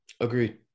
Agreed